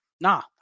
Nah